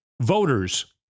Voters